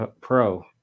pro